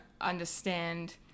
understand